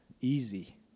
Easy